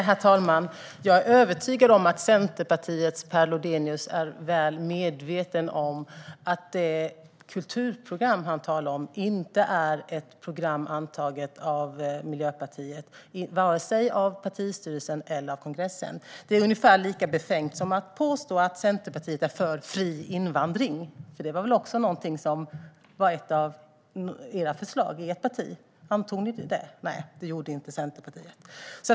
Herr talman! Jag är övertygad om att Centerpartiets Per Lodenius är väl medveten om att det kulturprogram han talar om inte är ett program antaget av Miljöpartiet - vare sig av partistyrelsen eller kongressen. Det är ungefär lika befängt som att påstå att Centerpartiet är för fri invandring. Det var väl också någonting som var ett av era förslag i ert parti. Antog ni det? Nej, det gjorde inte Centerpartiet.